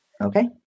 Okay